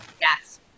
yes